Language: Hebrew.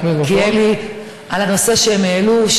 מלכיאלי על הנושא שהם העלו.